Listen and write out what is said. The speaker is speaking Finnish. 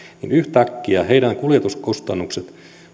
yhtäkkiä heidän kuljetuskustannuksensa